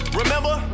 remember